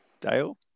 Dale